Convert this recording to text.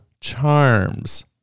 charms